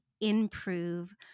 improve